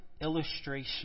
illustration